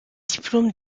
diplômes